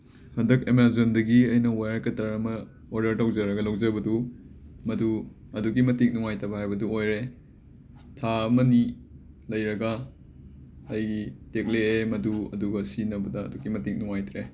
ꯍꯟꯗꯛ ꯑꯦꯃꯦꯖꯣꯟꯗꯒꯤ ꯑꯩꯅ ꯋꯥꯏꯔꯀꯇꯔ ꯑꯃ ꯑꯣꯔꯗꯔ ꯇꯧꯖꯔꯒ ꯂꯧꯖꯕꯗꯨ ꯃꯗꯨ ꯑꯗꯨꯛꯀꯤ ꯃꯇꯤꯛ ꯅꯨꯡꯉꯥꯏꯇꯕ ꯍꯥꯏꯕꯗꯨ ꯑꯣꯏꯔꯦ ꯊꯥ ꯑꯃ ꯅꯤ ꯂꯩꯔꯒ ꯑꯩꯒꯤ ꯇꯦꯛꯂꯑꯦ ꯃꯗꯨ ꯑꯗꯨꯒ ꯁꯤꯖꯤꯟꯅꯕꯗ ꯑꯗꯨꯛꯀꯤ ꯃꯇꯤꯛ ꯅꯨꯡꯉꯥꯏꯇ꯭ꯔꯦ